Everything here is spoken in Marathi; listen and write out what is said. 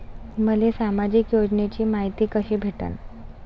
मले सामाजिक योजनेची मायती कशी भेटन?